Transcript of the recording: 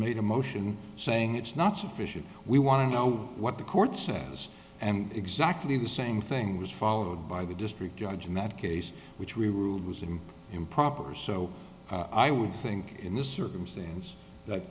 made a motion saying it's not sufficient we want to know what the court says and exactly the same thing was followed by the district judge in that case which we were told was an improper so i would think in this circumstance